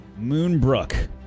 Moonbrook